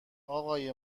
آقای